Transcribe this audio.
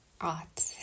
art